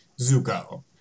Zuko